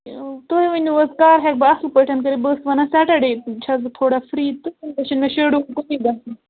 تُہۍ ؤنو حظ کر ہیٚکہٕ بہٕ اَصٕل پٲٹھۍ کٔرِتھ بہٕ ٲسٕس وَنان سیٹرڈیٚے چھَس بہٕ تھوڑا فرٛی تہٕ تمہِ دۄہہ چھُ نہٕ شیٚڈول کُنُے گَژھُن